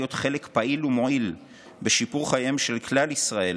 חלק פעיל ומועיל בשיפור חייהם של כלל ישראל